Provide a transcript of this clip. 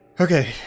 Okay